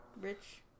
Rich